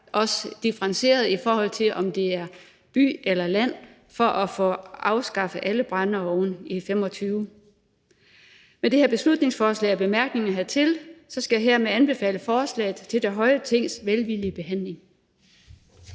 det her differentieret, i forhold til om det er i byen eller på landet, for at få afskaffet alle brændeovne i 2025. Med det her beslutningsforslag og bemærkningerne hertil skal jeg hermed anbefale forslaget til det høje Tings velvillige behandling.